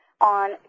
on